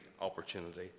opportunity